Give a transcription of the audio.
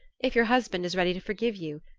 if your husband is ready to forgive you?